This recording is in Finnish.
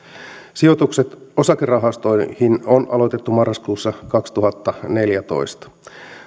sijoitukset osakerahastoihin on aloitettu marraskuussa kaksituhattaneljätoista